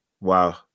Wow